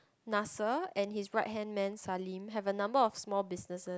Nasser and his right hand man Salim have a number of small businesses